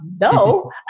no